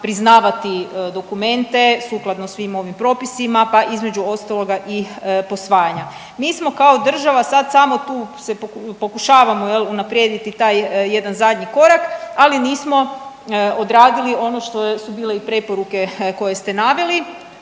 priznavati dokumente sukladno svim ovim propisima, pa između ostaloga i posvajanja. Mi smo kao država sad samo tu se pokušavamo unaprijediti taj jedan zadnji korak, ali nismo odradili ono što su bile i preporuke koje ste naveli